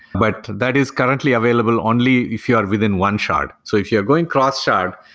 but that is currently available only if you are within one shard. so if you are going cross-shard,